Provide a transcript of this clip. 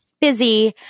busy